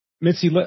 Mitzi